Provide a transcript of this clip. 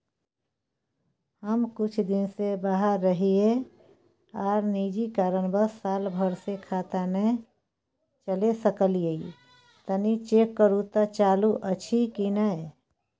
हम कुछ दिन से बाहर रहिये आर निजी कारणवश साल भर से खाता नय चले सकलियै तनि चेक करू त चालू अछि कि नय?